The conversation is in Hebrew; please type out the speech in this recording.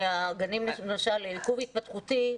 מהגנים למשל לעיכוב התפתחותי,